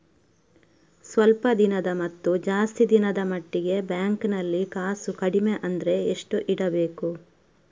ಸ್ವಲ್ಪ ದಿನದ ಮತ್ತು ಜಾಸ್ತಿ ದಿನದ ಮಟ್ಟಿಗೆ ಬ್ಯಾಂಕ್ ನಲ್ಲಿ ಕಾಸು ಕಡಿಮೆ ಅಂದ್ರೆ ಎಷ್ಟು ಇಡಬೇಕು?